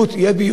אני אומר לך.